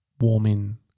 warming